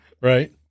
Right